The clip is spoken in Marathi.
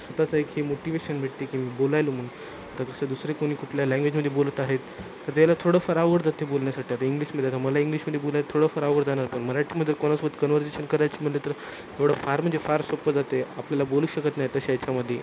स्वतःचं एक हे मोटिवेशन भेटते आहे की मी बोलायला म्हणून आता कसं दुसरे कोणी कुठल्या लँग्वेजमध्ये बोलत आहेत तर त्याला थोडंफार अवघड जाते आहे बोलण्यासाठी आता इंग्लिशमध्ये आता मला इंग्लिशमध्ये बोलायला थोडंफार अवघड जाणार पण मराठीमध्ये कोणासोबत कन्वर्जेशन करायची म्हणलं तर एवढं फार म्हणजे फार सोपं जाते आहे आपल्याला बोलूच शकत नाही तशा ह्याच्यामध्ये